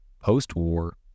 Post-war